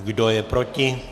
Kdo je proti?